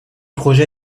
projet